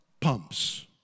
pumps